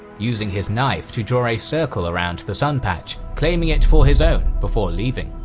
using his knife to draw a circle around the sun patch, claiming it for his own before leaving.